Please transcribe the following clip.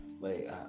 Wait